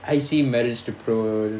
I see marriage to pro